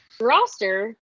roster